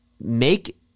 Make –